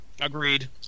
agreed